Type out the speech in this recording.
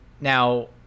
Now